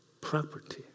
property